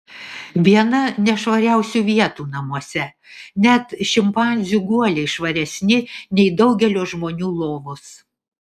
viena nešvariausių vietų namuose net šimpanzių guoliai švaresni nei daugelio žmonių lovos